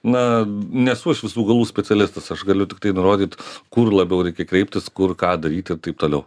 na nesu aš visų galų specialistas aš galiu tiktai nurodyt kur labiau reikia kreiptis kur ką daryt ir taip toliau